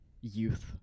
youth